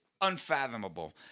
Unfathomable